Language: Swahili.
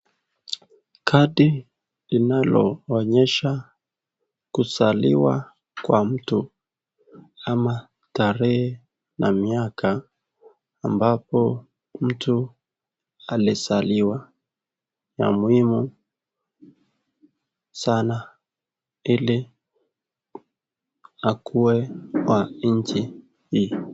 Kadi linaloonyesha kuzaliwa kwa mtu ama tarehe na miaka ambapo mtu alizaliwa ya muhimu sana ili akuwe wa nchi hii.